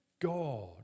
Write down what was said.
God